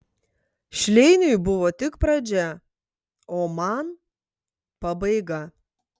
šleiniui buvo tik pradžia o man pabaiga